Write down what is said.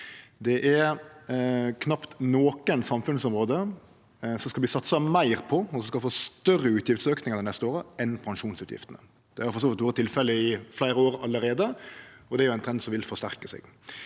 Det er knapt noko samfunnsområde som skal verte satsa meir på, og som skal få større utgiftsaukingar dei neste åra, enn pensjonsutgiftene. Det har for så vidt vore tilfellet i fleire år allereie, og det er ein trend som vil forsterke seg.